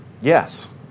Yes